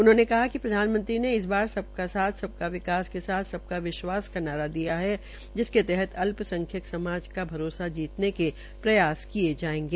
उन्होंने कहा कि प्रधानमंत्री ने इस बार सबका साथ सबका विकास के साथ सबका विकास का नारा दिया है जिसके तहत अल्पसंख्यक समाज का भरोसा जीतने के प्रयास किये जायेंगे